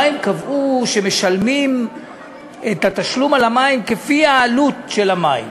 קבעו שמשלמים את התשלום על המים כפי העלות של המים,